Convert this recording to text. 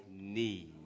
need